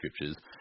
scriptures